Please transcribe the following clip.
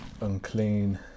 unclean